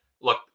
look